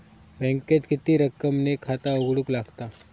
बँकेत किती रक्कम ने खाता उघडूक लागता?